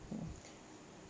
mmhmm